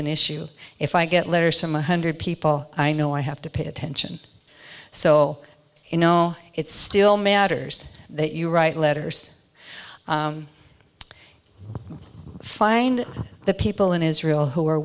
an issue if i get letters from one hundred people i know i have to pay attention so you know it's still matters that you write letters find the people in israel who are